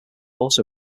also